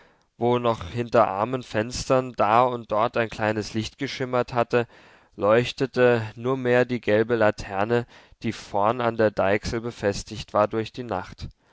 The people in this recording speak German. wo noch hinter armen fenstern da und dort ein kleines licht geschimmert hatte leuchtete nur mehr die gelbe laterne die vorn an der deichsel befestigt war durch die nacht